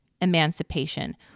emancipation